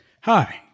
Hi